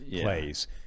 plays